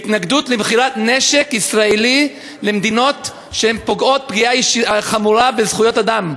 התנגדות למכירת נשק ישראלי למדינות שפוגעות פגיעה חמורה בזכויות אדם.